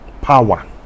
Power